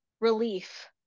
relief